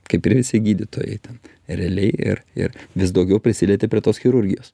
kaip ir visi gydytojai ten realiai ir ir vis daugiau prisilieti prie tos chirurgijos